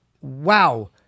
Wow